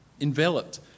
enveloped